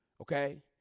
Okay